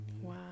Wow